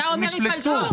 אתה אומר ייפלטו.